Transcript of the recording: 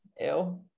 Ew